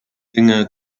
dinge